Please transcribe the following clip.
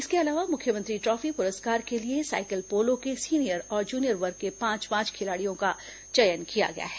इसके अलावा मुख्यमंत्री ट्राफी पुरस्कार के लिए सायकल पोलो के सीनियर और जुनियर वर्ग के पांच पांच खिलाड़ियों का चयन किया गया है